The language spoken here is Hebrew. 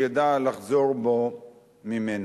הוא ידע לחזור בו ממנה.